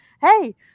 Hey